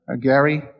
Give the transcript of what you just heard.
Gary